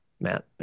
Matt